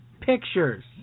Pictures